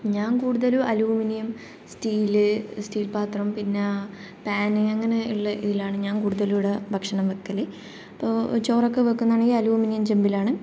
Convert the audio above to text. ഞാൻ കൂടുതലും aluminium steel steel പാത്രം പിന്നെ പാൻ അങ്ങനെയുള്ള ഇതിലാണ് ഞാൻ കൂടുതലും ഇവിടെ ഭക്ഷണം വയ്ക്കൽ അപ്പോൾ ചോറൊക്കെ വയ്ക്കുന്നതാണെങ്കിൽ അലൂമിനിയം ചെമ്പിലാണ്